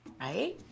right